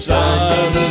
Sun